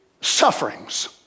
sufferings